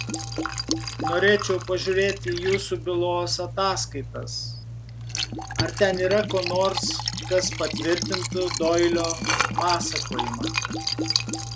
norėčiau pažiūrėti į jūsų bylos ataskaitas ar ten yra ko nors kas patvirtintų doilio pasakojimą